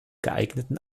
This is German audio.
geeigneten